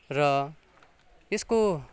र यसको